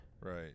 right